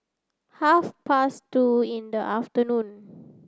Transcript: half past two in the afternoon